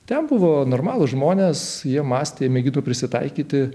ten buvo normalūs žmonės jie mąstė mėgino prisitaikyti